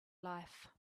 life